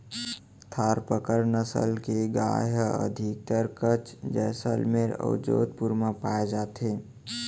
थारपकर नसल के गाय ह अधिकतर कच्छ, जैसलमेर अउ जोधपुर म पाए जाथे